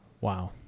Wow